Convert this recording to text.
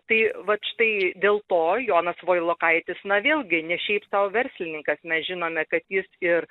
tai vat štai dėl to jonas vailokaitis na vėlgi ne šiaip sau verslininkas mes žinome kad jis ir